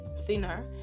thinner